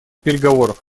переговоров